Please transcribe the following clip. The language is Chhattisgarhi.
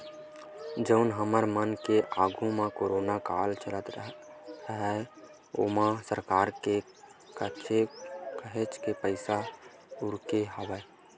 जउन हमर मन के आघू म कोरोना काल चलत हवय ओमा सरकार के काहेच पइसा उरके हवय